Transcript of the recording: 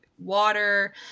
water